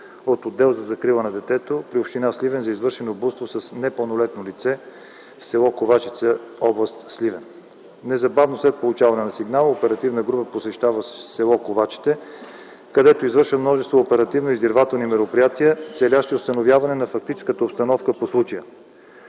от отдел за закрила на детето при община Сливен за извършено блудство с непълнолетно лице в с. Ковачите, област Сливен. Незабавно, след получаване на сигнала, оперативна група посещава с. Ковачите, където извършва множество оперативно-издирвателни мероприятия, целящи установяване на фактическата обстановка по случая,